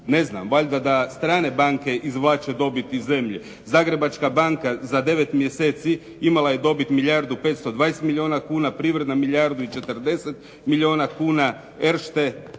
Ne znam, valjda da strane banke izvlače dobit iz zemlje. Zagrebačka banka za 9 mjeseci imala je dobit milijardu 520 milijuna kuna, Privredna milijardu i 40 milijuna kuna, Erste